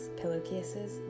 pillowcases